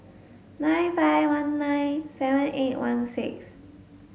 nine five one nine seven eight one six